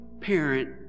parent